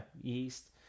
yeast